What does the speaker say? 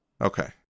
Okay